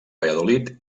valladolid